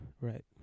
Right